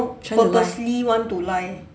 try to lie